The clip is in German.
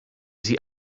sie